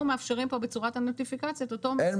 אנחנו מאפשרים כאן בצורת נוטיפיקציה את אותו מסלול שמאפשרת אירופה.